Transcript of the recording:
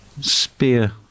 Spear